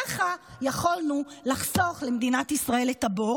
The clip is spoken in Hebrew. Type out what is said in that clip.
ככה יכולנו לחסוך למדינת ישראל את הבור